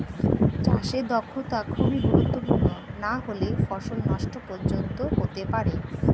চাষে দক্ষতা খুবই গুরুত্বপূর্ণ নাহলে ফসল নষ্ট পর্যন্ত হতে পারে